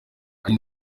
ari